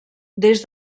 des